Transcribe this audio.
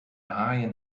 haaien